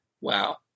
Wow